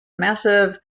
massive